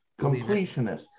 Completionist